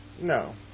No